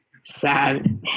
sad